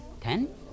Ten